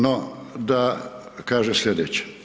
No, da kažem sljedeće.